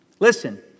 Listen